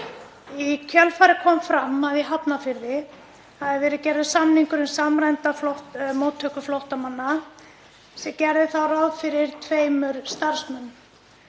Í kjölfarið kom fram að í Hafnarfirði hefði verið gerður samningur um samræmda móttöku flóttamanna sem gerði þá ráð fyrir tveimur starfsmönnum.